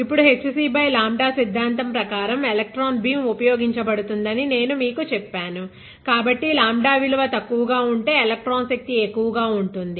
ఇప్పుడు hc𝝀 సిద్ధాంతం ప్రకారం ఎలక్ట్రాన్ బీమ్ ఉపయోగించబడుతుందని నేను మీకు చెప్పానుకాబట్టి 𝝀 విలువ తక్కువగా ఉంటే ఎలక్ట్రాన్ శక్తి ఎక్కువగా ఉంటుంది